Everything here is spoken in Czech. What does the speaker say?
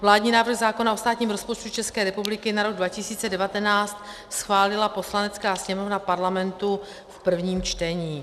Vládní návrh zákona o státním rozpočtu České republiky na rok 2019 schválila Poslanecká sněmovna Parlamentu v prvním čtení.